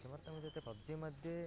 किमर्थमित्युक्ते पब्जि मध्ये